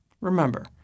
Remember